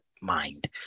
mind